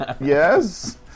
yes